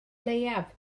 leiaf